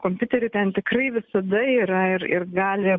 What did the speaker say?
kompiuterių ten tikrai visada yra ir ir gali